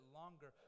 longer